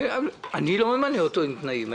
אני לא ממנה אותו עם תנאים.